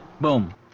Boom